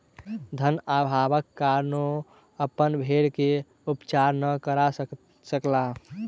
धन अभावक कारणेँ ओ अपन भेड़ के उपचार नै करा सकला